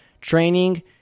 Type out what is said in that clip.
Training